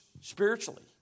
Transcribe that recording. spiritually